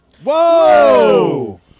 Whoa